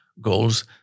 goals